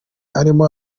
arimo